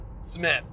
Smith